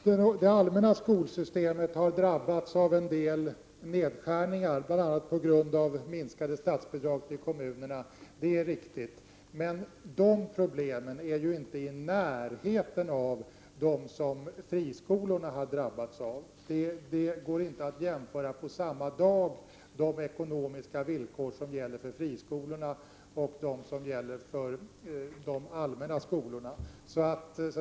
Herr talman! Det allmänna skolsystemet har drabbats av en del nedskärningar, bl.a. på grund av minskade statsbidrag till kommunerna. Det är riktigt. De problemen kommer dock inte i närheten av de problem som friskolorna har drabbats av. Det går inte att jämföra de ekonomiska villkor som gäller för friskolorna och för de allmänna skolorna på samma gång.